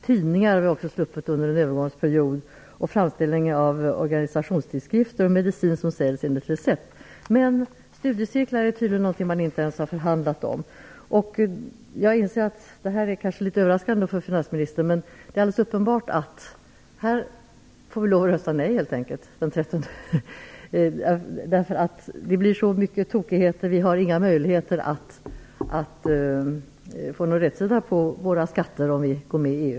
Tidningar, framställningar av organisationstidskrifter och medicin som säljs enligt recept har vi också sluppit mervärdesskatt på under en övergångsperiod. Men studiecirklar är tydligen någonting som man inte ens har förhandlat om. Jag inser att det här kanske är litet överraskande för finansministern. Men det är alldeles uppenbart att vi här helt enkelt får lov att rösta nej den 13 november, därför att det blir så många tokigheter annars. Vi har inga möjligheter att få någon rätsida på våra skatter om vi går med i EU.